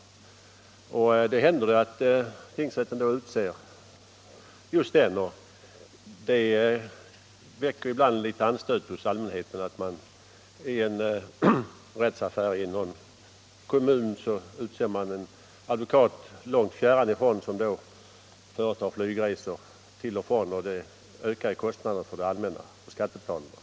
Det händer också att tingsrätten utser just denne advokat. Ibland väcker det litet anstöt hos allmänheten att man i en rättsaffär i en kommun utser en advokat långt fjärran ifrån, som då får företa flygresor till och från, vilket givetvis ökar kostnaderna för det allmänna och skattebetalarna.